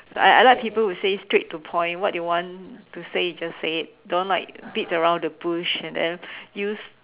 I I like people who say straight to point what you want to say just say it don't like beat around the bush and then use